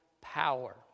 power